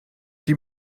die